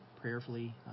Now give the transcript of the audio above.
prayerfully